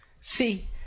See